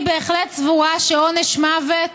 אני בהחלט סבורה שעונש מוות